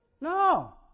No